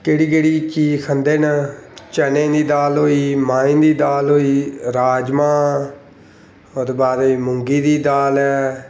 केह्ड़ी केह्ड़ी चीज खंदे न चने दी दाल होई गेई मांह् दी दाल होई गेई राजमांह् होई गे ओहदे बाद फ्ही मुंगी दी दाल ऐ